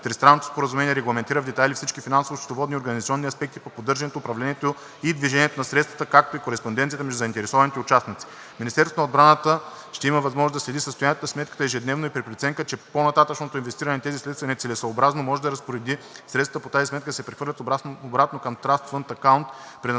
Тристранното споразумение регламентира в детайли всички финансово-счетоводни и организационни аспекти по поддържането, управлението и движението на средствата, както и кореспонденцията между заинтересованите участници. Министерството на отбраната ще има възможност да следи състоянието на сметката ежедневно и при преценка, че по нататъшното инвестиране на тези средства е нецелесъобразно, може да разпореди средствата по тази сметка да се прехвърлят обратно към Trust Fund Account, предназначена